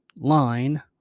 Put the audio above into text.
line